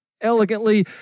elegantly